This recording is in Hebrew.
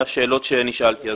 לשאלות שנשאלתי.